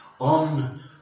on